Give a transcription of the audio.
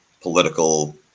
political